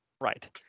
Right